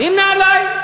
עם נעליים.